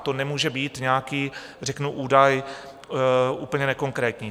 To nemůže být nějaký řeknu údaj úplně nekonkrétní.